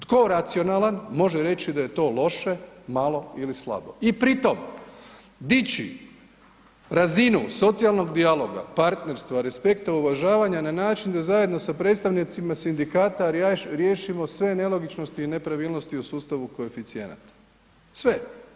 Tko racionalan može reći da je to loše, malo ili slabo i pri tome dići razinu socijalnog dijaloga, partnerstva, respekta, uvažavanja na način da zajedno sa predstavnicima sindikata riješimo sve nelogičnosti i nepravilnosti u sustavu koeficijenata, sve.